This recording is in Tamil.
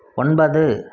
ஒன்பது